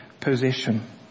possession